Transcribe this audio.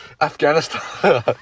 Afghanistan